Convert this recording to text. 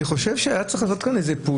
אני חושב שהיה צריך לעשות כאן פעולה,